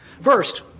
First